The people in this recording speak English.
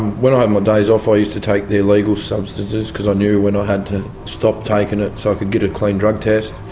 when i had my days off i used to take the illegal substances because i knew when i had to stop taking it so i could get a clean drug test,